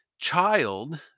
child